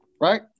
Right